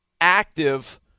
active